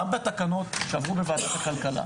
גם בתקנות שעברו בוועדת הכלכלה